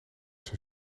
zijn